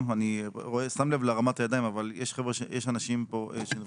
אני שם לב להרמת הידיים אבל יש אנשים שנרשמו